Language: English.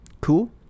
Cool